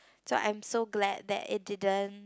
so I'm so glad that it didn't